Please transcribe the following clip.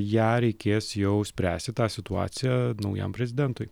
ją reikės jau spręsti tą situaciją naujam prezidentui